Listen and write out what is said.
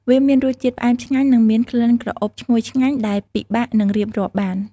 វាមានរសជាតិផ្អែមឆ្ងាញ់និងមានក្លិនក្រអូបឈ្ងុយឆ្ងាញ់ដែលពិបាកនឹងរៀបរាប់បាន។